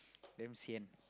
damn sian